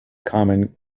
common